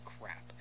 crap